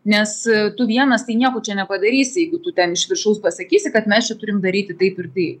nes tu vienas tai nieko čia nepadarysi jeigu tu ten iš viršaus pasakysi kad mes čia turim daryti taip ir taip